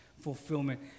fulfillment